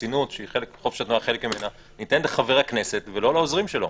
חסינות שהיא חלק מחופש התנועה ניתנת לחבר הכנסת ולא לעוזרים שלו.